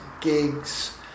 gigs